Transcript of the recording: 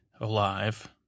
alive